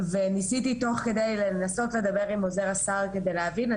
וניסיתי תוך כדי שאני מקשיבה לדיון לדבר עם עוזר שר המשפטים כדי להבין,